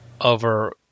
over